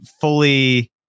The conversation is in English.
fully